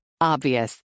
Obvious